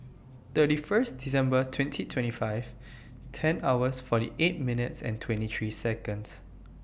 thirty First December twenty twenty five ten hours forty eight minutes and twenty three Seconds